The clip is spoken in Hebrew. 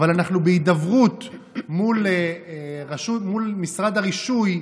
אבל אנחנו בהידברות מול משרד הרישוי,